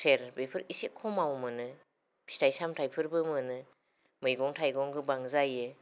खुसेर बेफोर एसे खमाव मोनो फिथाय सामथाय फोरबो मोनो मैगं थाइगं गोबां जायो